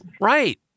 Right